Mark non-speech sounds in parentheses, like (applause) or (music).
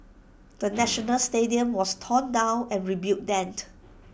the national stadium was torn down and rebuilt (unintelligible)